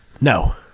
No